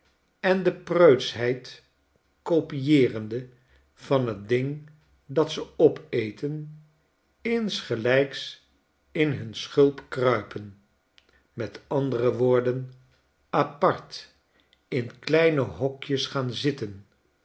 en de preutschheid kopieerende van't ding dat ze opeten insgelijks in hun schulp kruipen met andere woorden apart in kleine hokjes gaan zitten